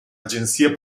agenzia